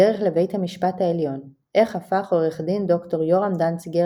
הדרך לבית המשפט העליון איך הפך עו"ד ד"ר יורם דנציגר